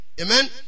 Amen